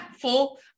full